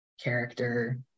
character